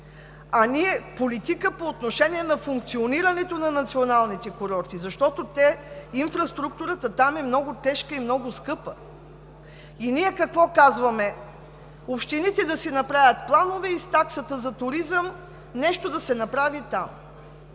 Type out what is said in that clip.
ще е политиката по отношение на модернизирането на националните курорти, защото инфраструктурата там е много тежка и много скъпа? Ние какво казваме: общините да си направят планове и с таксата за туризъм нещо да се направи там.